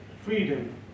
freedom